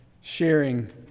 sharing